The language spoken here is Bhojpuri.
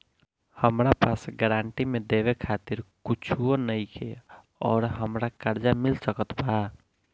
हमरा पास गारंटी मे देवे खातिर कुछूओ नईखे और हमरा कर्जा मिल सकत बा?